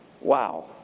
Wow